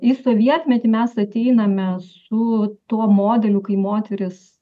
į sovietmetį mes ateiname su tuo modeliu kai moteris